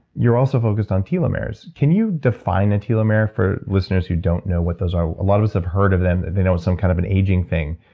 you're also focused on telomeres. can you define a telomere for listeners who don't know what those are? a lot of us have heard of them. they know it's some kind of an aging thing.